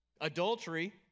Adultery